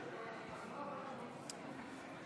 לא היה